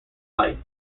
life